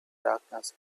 darkness